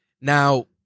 now